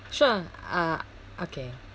sure uh okay